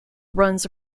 runs